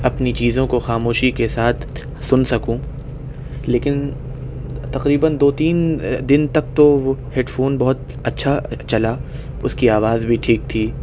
اپنی چیزوں کو خاموشی کے ساتھ سن سکوں لیکن تقریباً دو تین دن تک تو ہیڈ فون بہت اچھا چلا اس کی آواز بھی ٹھیک تھی